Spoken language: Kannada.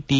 ಟಿ